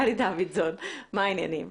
גלי דוידסון, מה העניינים?